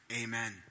Amen